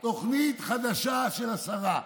תוכנית חדשה של השרה.